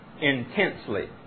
intensely